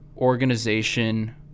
Organization